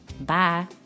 bye